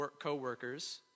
co-workers